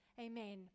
Amen